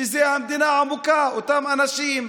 שזו המדינה העמוקה, אותם אנשים.